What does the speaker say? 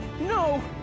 No